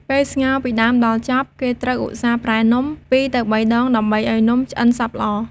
ពេលស្ងោរពីដើមដល់ចប់ គេត្រូវឧស្សាហ៍ប្រែនំ ២ទៅ៣ដង ដើម្បីឱ្យនំឆ្អិនសព្វល្អ៕